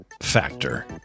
Factor